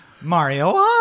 Mario